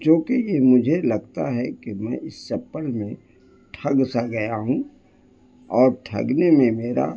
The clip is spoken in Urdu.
جو کہ یہ مجھے لگتا ہے کہ میں اس چپل میں ٹھگ سا گیا ہوں اور ٹھگنے میں میرا